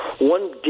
one